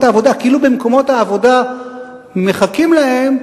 העבודה כאילו במקומות העבודה מחכים להם?